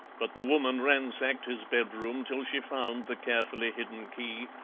but the woman ransacked his bedroom till she found the carefully hidden key,